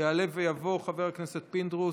בוועדת הכספים,